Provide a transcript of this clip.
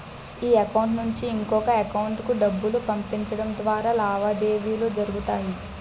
ఈ అకౌంట్ నుంచి ఇంకొక ఎకౌంటుకు డబ్బులు పంపించడం ద్వారా లావాదేవీలు జరుగుతాయి